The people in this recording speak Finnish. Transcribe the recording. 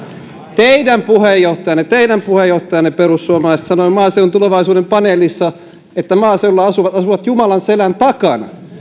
teidän puheenjohtajanne teidän puheenjohtajanne perussuomalaiset sanoi maaseudun tulevaisuuden paneelissa että maaseudulla asuvat asuvat jumalan selän takana